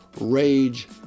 rage